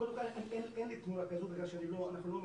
קודם כל אין לי תמונה כזאת בגלל שאנחנו לא מהתחום,